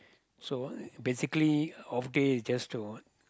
so basically off day is just to